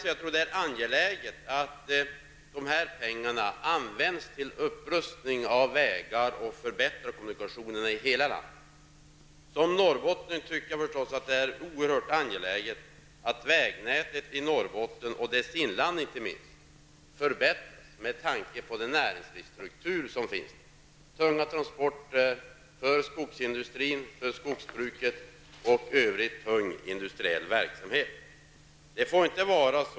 Det är vidare angeläget att dessa pengar används för upprustning av vägar och för att förbättra kommunikationen i hela landet. Som norrbottning tycker jag förstås att det är oerhört angeläget att vägnätet i Norrbotten, inte minst i Norrbottens inland, förbättras med tanke på den näringslivsstruktur som där finns och som förutsätter tunga transporter för skogsindustrin, för skogsbruket och för övrig tung industriell verksamhet.